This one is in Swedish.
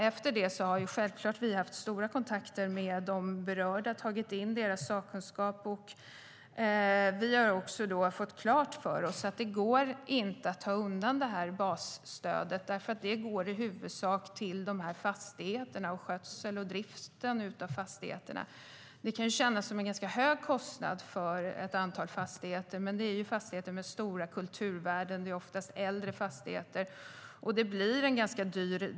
Efter det hade vi självklart mycket kontakt med de berörda och tog in deras sakkunskap. Då fick vi även klart för oss att det inte går att dra in basstödet eftersom det i huvudsak går till fastigheterna och till skötsel och drift av fastigheterna. Det kan kännas som en hög kostnad för ett antal fastigheter, men det är fastigheter med stora kulturvärden och ofta äldre fastigheter. Då blir driften ganska dyr.